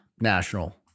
national